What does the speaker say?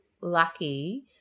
lucky